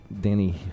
Danny